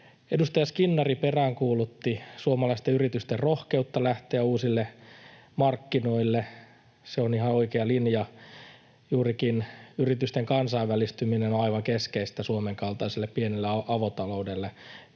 Edustaja Skinnari peräänkuulutti suomalaisten yritysten rohkeutta lähteä uusille markkinoille. Se on ihan oikea linja. Juurikin yritysten kansainvälistyminen on aivan keskeistä Suomen kaltaiselle pienelle avotaloudelle.